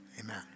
Amen